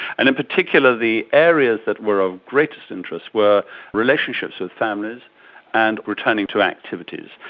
and in particular the areas that were of greatest interest were relationships with families and returning to activities.